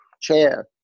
Chair